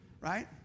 Right